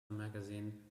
magazine